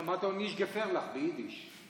אמרתי: נישט געפערליך, ביידיש.